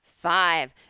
five